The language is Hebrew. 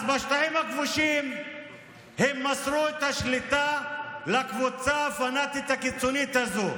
אז בשטחים הכבושים הם מסרו את השליטה לקבוצה הפנאטית הקיצונית הזו.